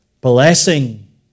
blessing